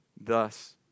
Thus